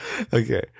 okay